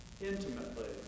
intimately